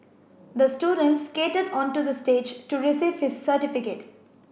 the student skated onto the stage to receive his certificate